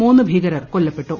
മൂന്ന് ഭീകരർ കൊല്ലപ്പെട്ടു